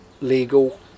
legal